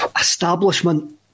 establishment